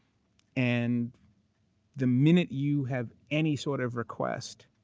and the minute you have any sort of request,